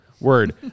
Word